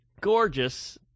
gorgeous